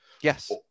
Yes